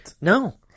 No